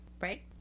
right